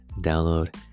download